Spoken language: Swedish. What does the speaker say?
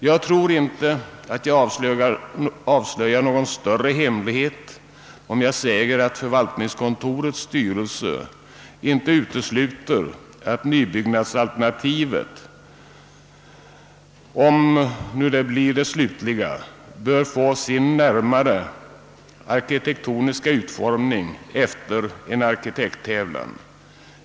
Jag tror inte att jag avslöjar någon större hemlighet om jag säger att förvaltningskontorets styrelse inte utesluter att nybyggnadsalternativet, om nu detta blir accepterat, bör få sin närmare arkitektoniska utformning efter en arkitekttävlan.